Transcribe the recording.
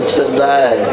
today